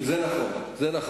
זה נכון.